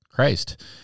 Christ